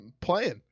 playing